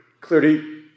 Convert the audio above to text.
clearly